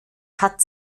hat